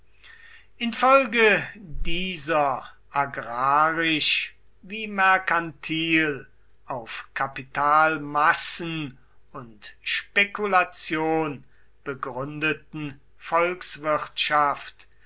infolge dieser agrarisch wie merkantil auf kapitalmassen und spekulation begründeten